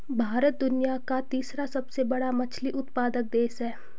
भारत दुनिया का तीसरा सबसे बड़ा मछली उत्पादक देश है